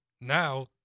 Now